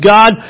God